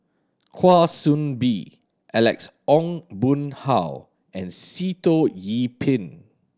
Kwa Soon Bee Alex Ong Boon Hau and Sitoh Yih Pin